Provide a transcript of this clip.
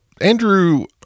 Andrew